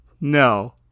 no